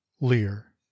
Lear